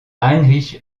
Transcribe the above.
heinrich